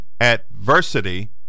adversity